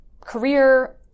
career